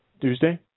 Tuesday